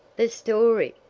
the story!